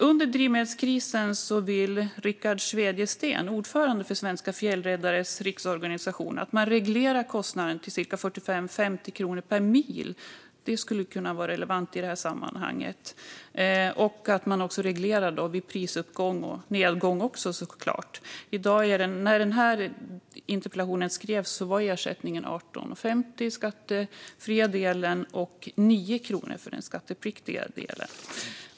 Under drivmedelskrisen vill Rickard Svedjesten, ordförande för Svenska Fjällräddares Riksorganisation, att man reglerar kostnaden till cirka 45-50 kronor per mil - det skulle kunna vara relevant i detta sammanhang - och att man reglerar vid prisuppgång och såklart också vid prisnedgång. När denna interpellation skrevs var ersättningen 18,50 för den skattefria delen och 9 kronor för den skattepliktiga delen.